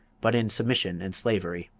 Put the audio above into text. but in submission and slavery.